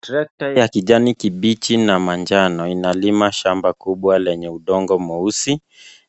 Trekta ya kijani kibichi na manjano inalima shamba kubwa lenye udongo mweusi,